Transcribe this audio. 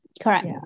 correct